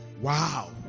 Wow